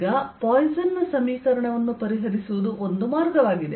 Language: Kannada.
ಈಗ ಪಾಯ್ಸನ್ ನ ಸಮೀಕರಣವನ್ನು ಪರಿಹರಿಸುವುದು ಒಂದು ಮಾರ್ಗವಾಗಿದೆ